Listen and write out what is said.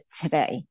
today